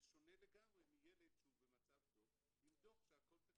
זה שונה לגמרי מילד שהוא במצב טוב עם דוח שהכול תקין.